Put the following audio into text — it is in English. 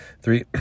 three